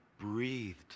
Breathed